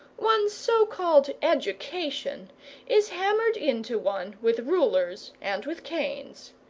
one's so-called education is hammered into one with rulers and with canes.